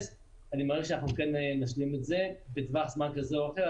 אני מעריך שאנחנו כן נשלים את זה בטווח זמן כזה או אחר.